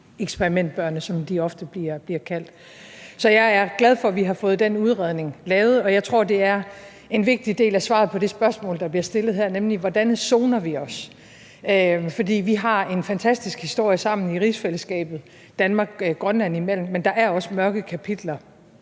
eksperimentbørnene, som de ofte bliver kaldt. Så jeg er glad for, at vi har fået den udredning lavet, og jeg tror, at det er en vigtig del af svaret på det spørgsmål, der bliver stillet her: Hvordan forsoner vi os? For vi har en fantastisk historie sammen i rigsfællesskabet – Danmark og Grønland imellem, men der er også mørke kapitler.